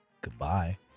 Goodbye